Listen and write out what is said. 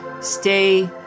stay